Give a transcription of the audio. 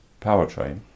powertrain